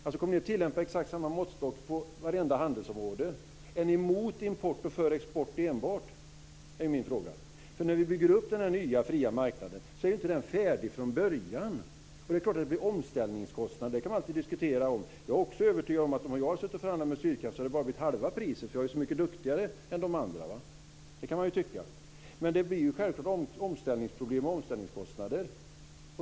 Kommer ni att tillämpa exakt samma måttstock på varenda handelsområde? Eller är ni emot import och för enbart export? Det är min fråga. När vi bygger upp den nya fria marknaden är den ju inte färdig från början. Det är klart att man alltid kan diskutera omställningskostnader. Jag är övertygad om att om jag hade förhandlat med Sydkraft, hade priset bara blivit hälften, eftersom jag är så mycket duktigare på att förhandla än de andra. Så kan man tycka. Men det är självklart att det blir omställningsproblem och omställningskostnader.